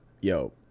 yo